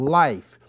life